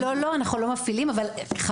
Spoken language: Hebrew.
לא, לא, אנחנו לא מפעילים, אבל חברינו